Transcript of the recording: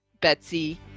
Betsy